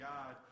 God